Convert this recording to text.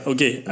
Okay